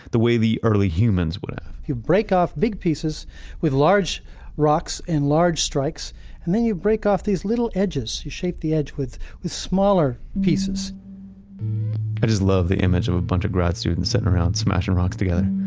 the way the early humans would have you break off big pieces with large rocks and large strikes and then you break off these little edges you shape the edge with with smaller pieces i just love the image of a bunch of grad students sitting round, smashing rocks together.